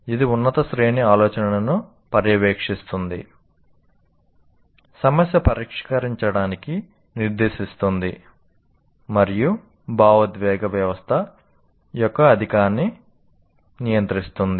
ఇది ఉన్నత శ్రేణి ఆలోచనను పర్యవేక్షిస్తుంది సమస్య పరిష్కారానికి నిర్దేశిస్తుంది మరియు భావోద్వేగ వ్యవస్థ యొక్క అధికాన్ని నియంత్రిస్తుంది